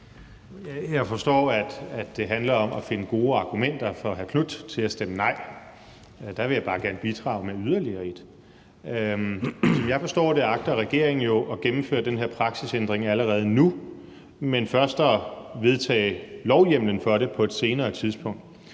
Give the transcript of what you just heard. det for hr. Marcus Knuth handler om at finde gode argumenter for at stemme nej. Der vil jeg bare gerne bidrage med yderligere ét. Jeg forstår, at regeringen agter at gennemføre den her praksisændring allerede nu, men først agter at vedtage lovhjemmelen for det på et senere tidspunkt.